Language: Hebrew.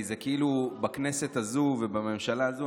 כי זה כאילו בכנסת הזו ובממשלה הזו,